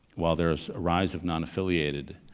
while there's a rise of non-affiliated,